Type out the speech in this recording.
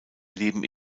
leben